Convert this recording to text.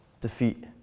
defeat